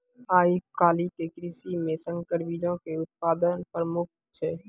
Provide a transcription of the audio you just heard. आइ काल्हि के कृषि मे संकर बीजो के उत्पादन प्रमुख छै